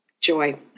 joy